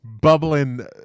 Bubbling